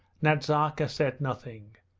nazarka said nothing.